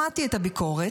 שמעתי את הביקורת,